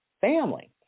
family